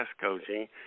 coaching